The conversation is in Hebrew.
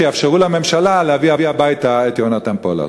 שיאפשרו לממשלה להביא הביתה את יהונתן פולארד.